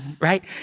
right